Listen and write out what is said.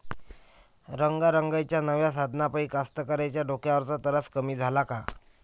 रंगारंगाच्या नव्या साधनाइपाई कास्तकाराइच्या डोक्यावरचा तरास कमी झाला का?